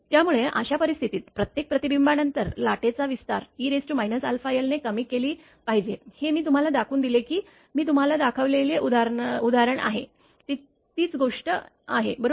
त्यामुळे अशा परिस्थितीत प्रत्येक प्रतिबिंबानंतर लाटेचा विस्तार e αl ने कमी केला पाहिजे हे मी तुम्हाला दाखवून दिले की मी तुम्हाला दाखवलेले उदाहरणआहे तीच गोष्ट आहे बरोबर